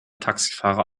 taxifahrer